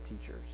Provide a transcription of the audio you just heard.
teachers